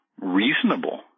reasonable